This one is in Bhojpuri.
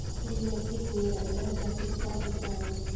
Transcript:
फूल में कीट नियंत्रण खातिर का उपाय बा?